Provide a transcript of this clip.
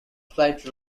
slide